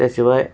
त्याशिवाय